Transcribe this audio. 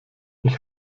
ich